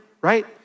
right